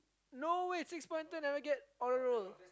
no way six pointer never get honor roll